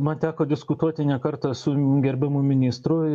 man teko diskutuoti ne kartą su gerbiamu ministru